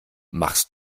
machst